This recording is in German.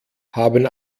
haben